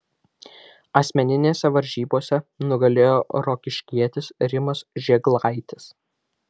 asmeninėse varžybose nugalėjo rokiškietis rimas žėglaitis